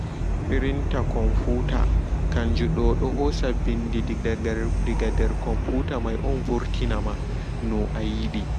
Printer komputer kanjudo dohosa ɓindi daga nder komputer mai on vurtinana no'a a yiɗi.